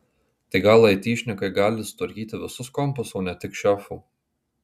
tai gal aitišnikai gali sutvarkyti visus kompus o ne tik šefo